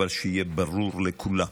אבל שיהיה ברור לכולם: